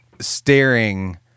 staring